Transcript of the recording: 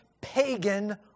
pagan